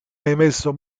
emesso